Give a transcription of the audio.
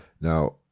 Now